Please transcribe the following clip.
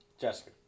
Jessica